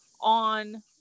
on